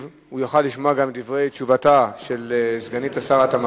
לדבריו של החשב הכללי לשעבר במשרד האוצר,